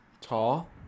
tall